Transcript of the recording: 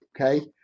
Okay